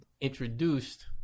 introduced